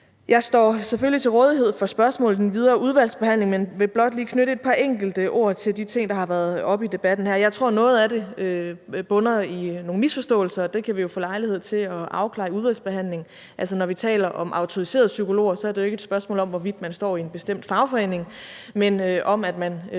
Jeg står selvfølgelig til rådighed for spørgsmål i den videre udvalgsbehandling, men vil blot lige knytte et par enkelte ord til de ting, der har været oppe i debatten her. Jeg tror, at noget af det bunder i nogle misforståelser, og det kan vi jo få lejlighed til at afklare i udvalgsbehandlingen. Altså, når vi taler om autoriserede psykologer, er det jo ikke et spørgsmål om, hvorvidt man står i en bestemt fagforening, men om, at man